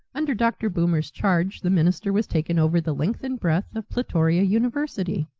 under dr. boomer's charge the minister was taken over the length and breadth of plutoria university,